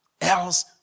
Else